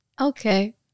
Okay